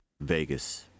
Vegas